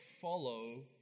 follow